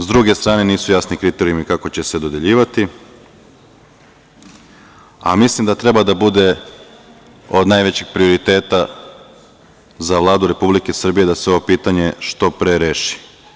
S druge strane, nisu jasni kriterijumi kako će se dodeljivati, a mislim da treba da bude od najvećih prioriteta za Vladu Republike Srbije da se ovo pitanje što pre reši.